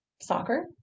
soccer